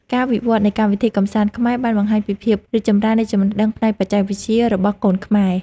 ការវិវត្តនៃកម្មវិធីកម្សាន្តខ្មែរបានបង្ហាញពីភាពរីកចម្រើននៃចំណេះដឹងផ្នែកបច្ចេកវិទ្យារបស់កូនខ្មែរ។